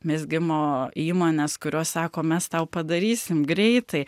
mezgimo įmonės kurios sako mes tau padarysim greitai